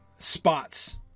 Spots